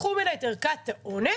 לקחו ממנה את ערכת האונס,